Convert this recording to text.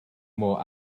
mor